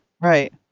right